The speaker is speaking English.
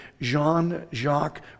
Jean-Jacques